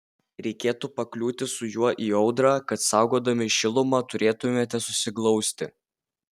reikėtų pakliūti su juo į audrą kad saugodami šilumą turėtumėte susiglausti